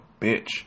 bitch